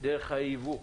דרך הייבוא,